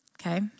okay